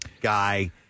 guy